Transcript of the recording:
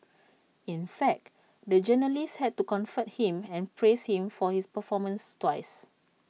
in fact the journalist had to comfort him and praise him for his performance twice